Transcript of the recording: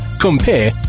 compare